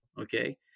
okay